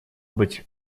быть